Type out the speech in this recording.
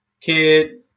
kid